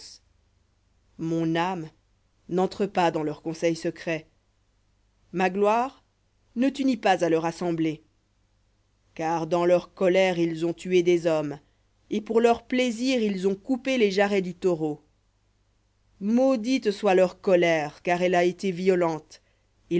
mon âme n'entre pas dans leur conseil secret ma gloire ne t'unis pas à leur assemblée car dans leur colère ils ont tué des hommes et pour leur plaisir ils ont coupé les jarrets du taureau maudite soit leur colère car elle a été violente